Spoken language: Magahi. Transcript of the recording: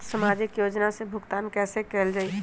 सामाजिक योजना से भुगतान कैसे कयल जाई?